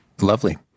lovely